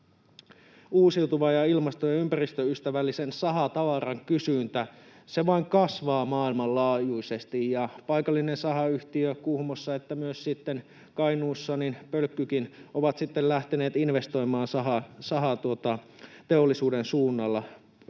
uusiutuvan ja ilmasto- ja ympäristöystävällisen sahatavaran kysyntä vain kasvaa maailmanlaajuisesti. Ja niin paikallinen sahayhtiö Kuhmossa kuin myös Pölkky Kainuussa ovat lähteneet investoimaan sahateollisuuden suunnalla